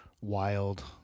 wild